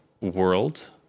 world